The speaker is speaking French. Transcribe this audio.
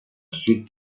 suite